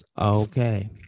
okay